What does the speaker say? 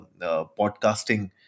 podcasting